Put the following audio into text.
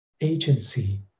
agency